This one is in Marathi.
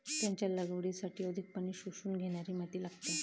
त्याच्या लागवडीसाठी अधिक पाणी शोषून घेणारी माती लागते